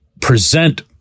present